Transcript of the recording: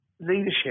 leadership